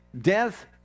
death